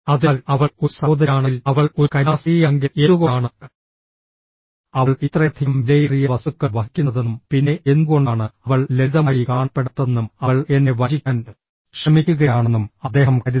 അതിനാൽ അവൾ ഒരു സഹോദരിയാണെങ്കിൽ അവൾ ഒരു കന്യാസ്ത്രീയാണെങ്കിൽ എന്തുകൊണ്ടാണ് അവൾ ഇത്രയധികം വിലയേറിയ വസ്തുക്കൾ വഹിക്കുന്നതെന്നും പിന്നെ എന്തുകൊണ്ടാണ് അവൾ ലളിതമായി കാണപ്പെടാത്തതെന്നും അവൾ എന്നെ വഞ്ചിക്കാൻ ശ്രമിക്കുകയാണെന്നും അദ്ദേഹം കരുതി